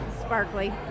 sparkly